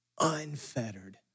unfettered